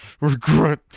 regret